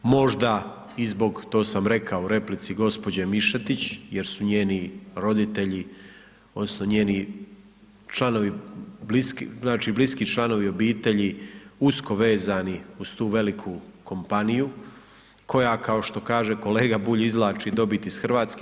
Možda i zbog to sam rekao i u replici gđe. Mišetić, jer su njeni roditelji, odnosno, njeni članovi, znači bliski članovi obitelji, usko vezani uz tu veliku kompaniju, koja kao što kaže, kolega Bulj, izvlači dobit iz Hrvatske.